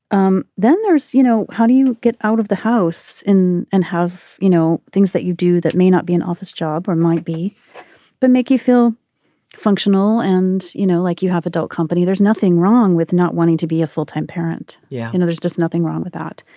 um then there's you know how do you get out of the house in and have you know things that you do that may not be an office job or might be but make you feel functional and you know like you have adult company there's nothing wrong with not wanting to be a full time parent. yeah you know there's just nothing wrong with that.